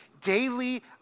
daily